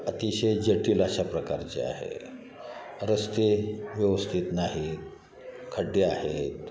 अतिशय जटील अशा प्रकारची आहे रस्ते व्यवस्थित नाहीत खड्डे आहेत